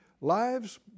lives